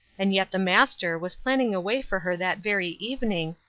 and yet the master was planning a way for her that very evening,